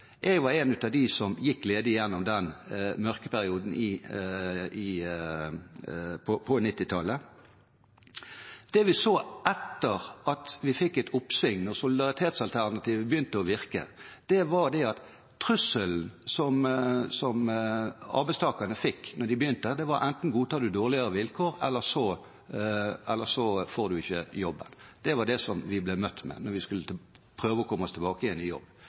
var en av dem som gikk ledig gjennom den mørke perioden på 1990-tallet. Det vi så etter at vi fikk et oppsving og solidaritetsalternativet begynte å virke, var at trusselen som arbeidstakerne fikk da de begynte, var at enten godtar du dårligere vilkår, eller så får du ikke jobb. Det var det vi ble møtt med da vi skulle prøve å komme oss tilbake til i ny jobb.